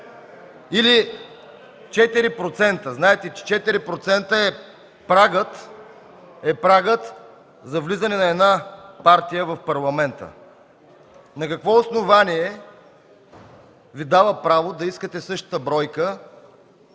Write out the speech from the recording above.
или 4%. Знаете, че 4% е прагът за влизане на една партия в Парламента. Какво основание Ви дава право да искате същата бройка,